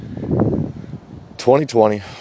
2020